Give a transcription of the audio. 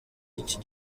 iki